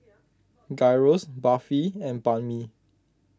Gyros Barfi and Banh Mi